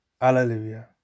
Alleluia